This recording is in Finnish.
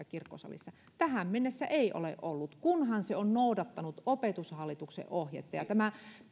kirkkosalissa tähän mennessä ei ole ollut kunhan se on noudattanut opetushallituksen ohjetta